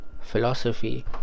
philosophy